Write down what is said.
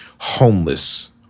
homeless